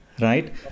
right